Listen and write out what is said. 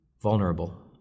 Vulnerable